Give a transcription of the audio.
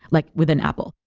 like with an apple.